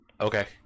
Okay